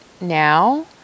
now